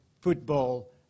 football